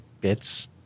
bits